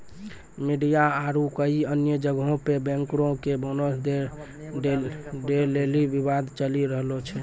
media आरु कई अन्य जगहो पे बैंकरो के बोनस दै लेली विवाद चलि रहलो छै